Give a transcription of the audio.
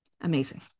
amazing